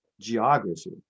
geography